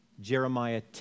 Jeremiah